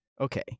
Okay